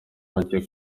make